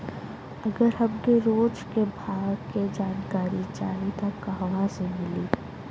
अगर हमके रोज के भाव के जानकारी चाही त कहवा से मिली?